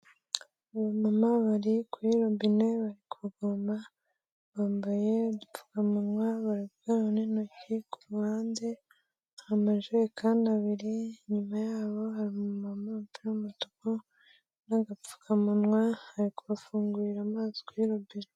Aba mama bari kuri robine bari kuvoma bambaye udupfukamunwa bari gukaraba n'intoki, ku ruhande hari amajerekani abiri, inyuma yabo hari umu mama wambaye umupira w'umutuku n'agapfukamunwa ari kubafungurira amazi kuri robine.